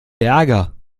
ärger